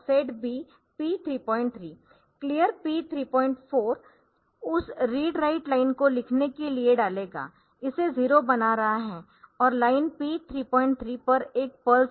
clear P 34 Clear P34 उस read write line को लिखने के लिए डालेगा इसे 0 बना रहा है और लाइन P 33 पर एक पल्स है